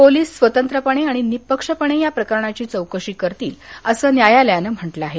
police स्वतंत्रपणे आणि निपक्षपणे या प्रकरणाची चौकशी करतील असं न्यायालयानं म्हटलं आहे